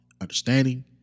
understanding